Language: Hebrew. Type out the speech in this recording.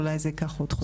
אולי זה ייקח חודשיים,